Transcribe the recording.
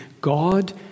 God